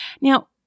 Now